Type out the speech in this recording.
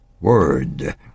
word